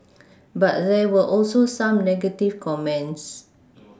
but there were also some negative comments